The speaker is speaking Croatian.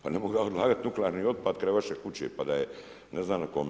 Pa ne mogu ja odlagat nuklearni otpad kraj vaše kuće pa da je ne znam kome.